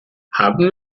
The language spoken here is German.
haben